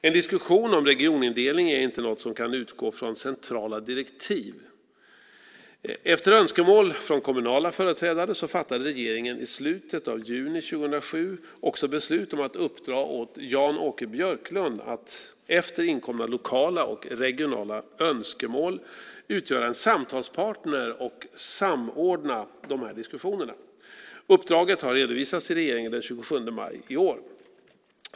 En diskussion om regionindelning är inte något som kan utgå från centrala direktiv. Efter önskemål från kommunala företrädare fattade regeringen i slutet av juni 2007 också beslut om att uppdra åt Jan-Åke Björklund att efter inkomna lokala och regionala önskemål utgöra en samtalspartner och samordna de här diskussionerna. Uppdraget har redovisats till regeringen den 27 maj i år.